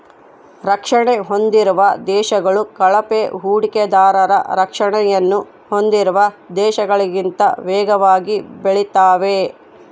ರಕ್ಷಣೆ ಹೊಂದಿರುವ ದೇಶಗಳು ಕಳಪೆ ಹೂಡಿಕೆದಾರರ ರಕ್ಷಣೆಯನ್ನು ಹೊಂದಿರುವ ದೇಶಗಳಿಗಿಂತ ವೇಗವಾಗಿ ಬೆಳೆತಾವೆ